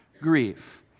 grief